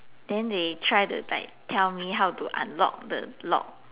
then they try to like tell me how to unlock the lock